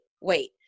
wait